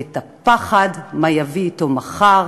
ואת הפחד מה יביא אתו מחר